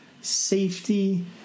safety